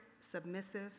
submissive